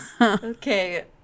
Okay